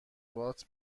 وات